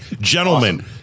Gentlemen